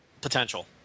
potential